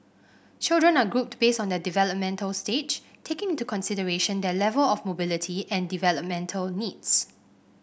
children are grouped based on their developmental stage taking into consideration their level of mobility and developmental needs